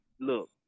look